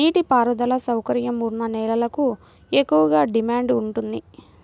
నీటి పారుదల సౌకర్యం ఉన్న నేలలకు ఎక్కువగా డిమాండ్ ఉంటుంది